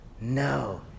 No